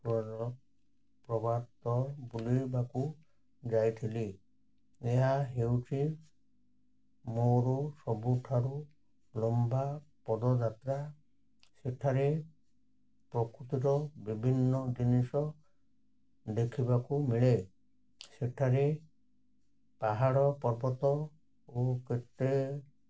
ପ୍ର ପ୍ରପାତ ବୁଲିବାକୁ ଯାଇଥିଲି ଏହା ହେଉଛି ମୋର ସବୁଠାରୁ ଲମ୍ବା ପଦଯାତ୍ରା ସେଠାରେ ପ୍ରକୃତିର ବିଭିନ୍ନ ଜିନିଷ ଦେଖିବାକୁ ମିଳେ ସେଠାରେ ପାହାଡ଼ ପର୍ବତ ଓ କେତେ